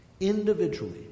Individually